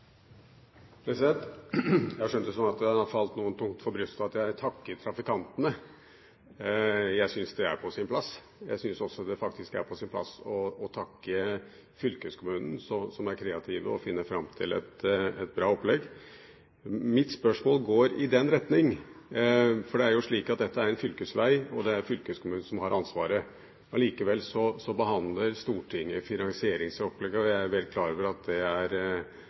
at det har falt noen tungt for brystet at jeg takket trafikantene. Jeg syns det er på sin plass. Jeg syns faktisk også det er på sin plass å takke fylkeskommunen, som er kreative og finner fram til et bra opplegg. Mitt spørsmål går i den retning. Dette er en fylkesvei, og det er fylkeskommunen som har ansvaret. Likevel behandler Stortinget finansieringsopplegget – jeg er jo helt klar over at det er